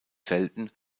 selten